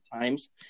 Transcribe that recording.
times